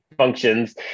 functions